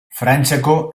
frantziako